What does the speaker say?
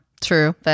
true